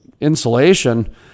insulation